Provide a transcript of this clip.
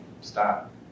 stop